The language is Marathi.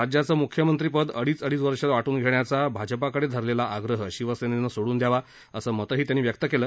राज्याचं मुख्यमंत्रीपद अडीच अडीच वर्ष वाटन घेण्याचा भाजपाकडे धरलेला आग्रह शिवसेनेनं सोडून दयावा असं मतही त्यांनी व्यक्त केलं